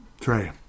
Trey